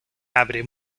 abre